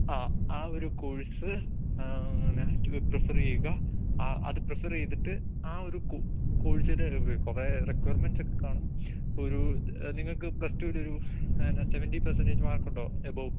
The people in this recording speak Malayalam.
ആ ആ ഒരു കോഴ്സ് നാസ്റ്റ് പ്രിഫർ ചെയ്യുക ആ അത് പ്രിഫർ ചെയ്തിട്ട് ആ ഒരു കോഴ്സിൽ കുറേ റിക്വയർമെൻറ്സ് ഒക്കെ കാണും ഇപ്പം ഒരു നിങ്ങൾക്ക് പ്ലസ് ടുവിലൊരു സെവൻറി പെർസെൻറേജ് മാർക്കുണ്ടോ എബോവ്